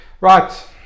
right